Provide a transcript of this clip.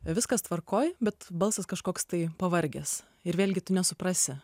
viskas tvarkoj bet balsas kažkoks tai pavargęs ir vėlgi tu nesuprasi